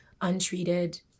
untreated